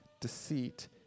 deceit